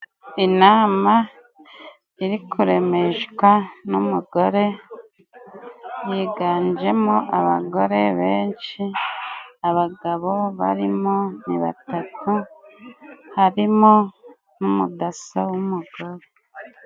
Inama iri kuremeshwa n'umugore yiganjemo abagore benshi. Abagabo barimo ni batatu, harimo n'umudaso w'umugore.